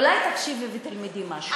אולי תקשיבי ותלמדי משהו?